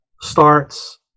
starts